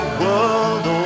world